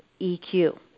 EQ